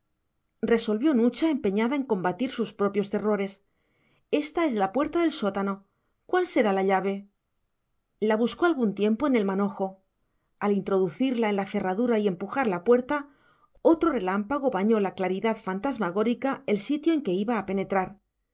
no resolvió nucha empeñada en combatir sus propios terrores ésta es la puerta del sótano cuál será la llave la buscó algún tiempo en el manojo al introducirla en la cerradura y empujar la puerta otro relámpago bañó de claridad fantasmagórica el sitio en que iba a penetrar